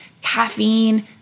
caffeine